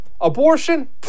abortion